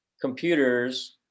computers